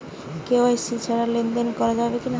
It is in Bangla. কে.ওয়াই.সি ছাড়া লেনদেন করা যাবে কিনা?